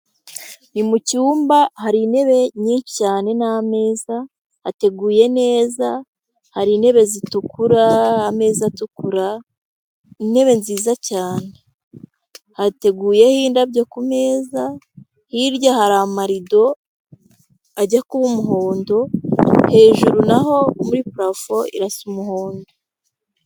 Ni mu cyumba hari intebe nyinshi cyane n'ameza ateguye neza, hari intebe zitukura, ameza atukura, intebe nziza cyane, hateguyeho indabyo ku meza, hirya hari amarido ajya kuba umuhondo, hejuru naho muri parafo irasa umuhondo.